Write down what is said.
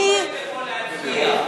אני צריך להצביע.